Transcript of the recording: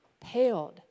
paled